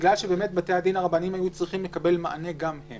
בגלל שבתי הדין הרבניים היו צריכים לקבל מענה גם הם